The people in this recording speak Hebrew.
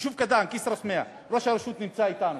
יישוב קטן, כסרא-סמיע, ראש הרשות נמצא אתנו.